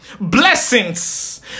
Blessings